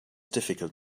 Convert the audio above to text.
difficult